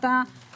זה קיים כל הזמן.